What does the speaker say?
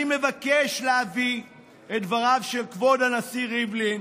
אני מבקש להביא את דבריו של כבוד הנשיא ריבלין,